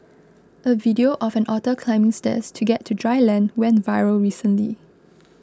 a video of an otter climbing stairs to get to dry land went viral recently